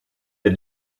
het